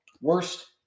worst